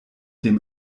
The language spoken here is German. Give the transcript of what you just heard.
dem